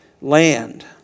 land